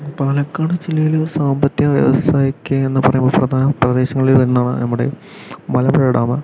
പാലക്കാട് ജില്ലയിലെ സാമ്പത്തിക വ്യവസ്ഥ ഒക്കെ എന്ന് പറയുമ്പോൾ പ്രധാന പ്രദേശങ്ങളിൽ വരുന്നതാണ് നമ്മുടെ മലമ്പുഴ ഡാം